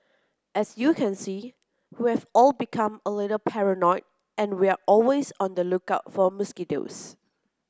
as you can see we've all become a little paranoid and we're always on the lookout for mosquitoes